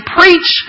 preach